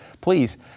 please